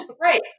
Right